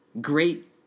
Great